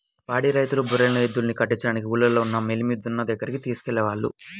పాడి రైతులు బర్రెలు, ఎద్దుల్ని కట్టించడానికి ఊల్లోనే ఉన్న మేలిమి దున్న దగ్గరికి తీసుకెళ్ళేవాళ్ళు